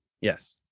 Yes